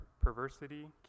perversity